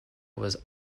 was